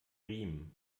riemen